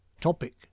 topic